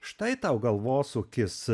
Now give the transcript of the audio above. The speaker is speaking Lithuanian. štai tau galvosūkis